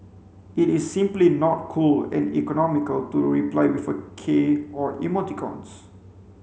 it is simply not cool and economical to reply with a k or emoticons